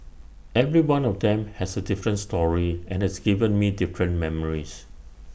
every one of them has A different story and has given me different memories